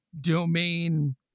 Domain